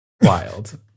Wild